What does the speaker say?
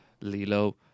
Lilo